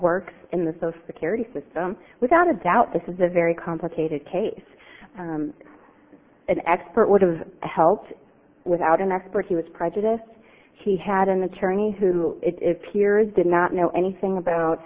works in the social security system without a doubt this is a very complicated case an expert would have helped without an expert he was prejudiced he had an attorney who if here is did not know anything about